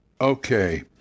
Okay